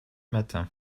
matin